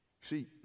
See